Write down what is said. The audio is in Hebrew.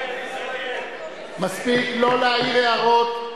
מספיק, לא להעיר הערות.